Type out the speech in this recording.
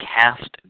cast